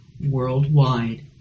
worldwide